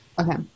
Okay